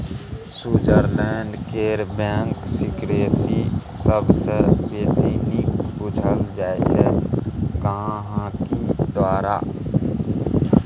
Switzerland केर bank secrecy सबसँ बेसी नीक बुझल जाइ छै गांहिकी द्वारा